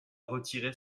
retiré